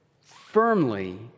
firmly